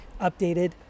updated